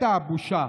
מתה הבושה.